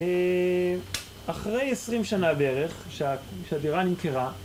אה... אחרי עשרים שנה בערך כשהדירה נמכרה